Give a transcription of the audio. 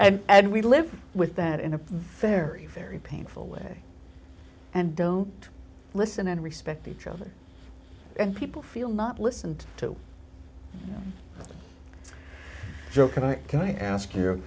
two and we live with that in a very very painful way and don't listen and respect each other and people feel not listened to joe can i can i ask you